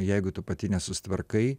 jeigu tu pati nesusitvarkai